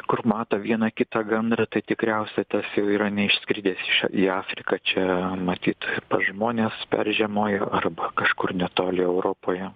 kur mato vieną kitą gandrą tai tikriausiai tas jau yra neišskridęs į afriką čia matyt pas žmones peržiemojo arba kažkur netoli europoje